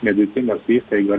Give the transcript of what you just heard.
medicinos įstaiga ar